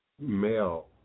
male